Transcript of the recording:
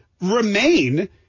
remain